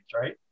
right